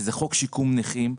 שזה חוק שיקום נכים,